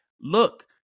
look